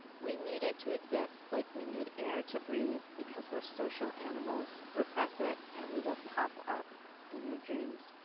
we need it to exist like we need air to breathe because we're social animals repress it and we will pop up in your dreams.